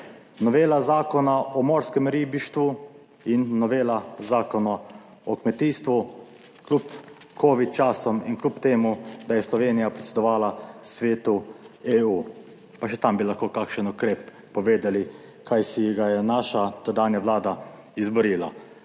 novela zakona o morskem ribištvu in novela zakona o kmetijstvu, kljub covid časom in kljub temu, da je Slovenija predsedovala Svetu EU, pa še tam bi lahko kakšen ukrep povedali, kaj si ga je naša tedanja vlada izborila.